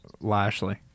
Lashley